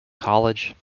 college